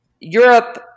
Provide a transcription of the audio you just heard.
Europe